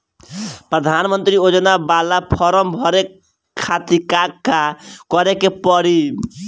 प्रधानमंत्री योजना बाला फर्म बड़े खाति का का करे के पड़ी?